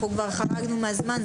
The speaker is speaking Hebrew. כבר חרגנו מהזמן.